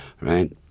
right